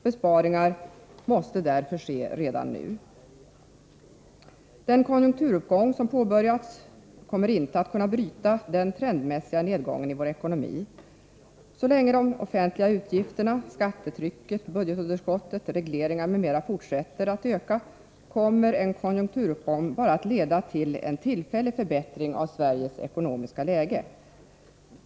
Besparingar måste därför ske redan nu. Den konjunkturuppgång som inletts kommer inte att kunna bryta den trendmässiga nedgången i vår ekonomi. Så länge de offentliga utgifterna, skattetrycket, budgetunderskottet, regleringarna m.m. fortsätter att öka kommer en konjunkturuppgång bara att leda till en tillfällig förbättring av Sveriges ekonomiska läge.